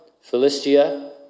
Philistia